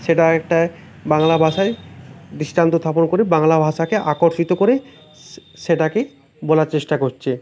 সেটা একটায় বাংলা ভাষায় দৃষ্টান্ত স্থাপন করে বাংলা ভাষাকে আকর্ষিত করে সে সেটাকেই বলার চেষ্টা করছে